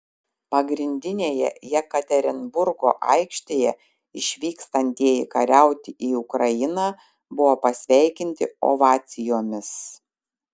pagrindinėje jekaterinburgo aikštėje išvykstantieji kariauti į ukrainą buvo pasveikinti ovacijomis